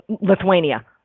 Lithuania